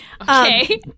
okay